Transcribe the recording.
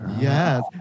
Yes